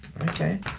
Okay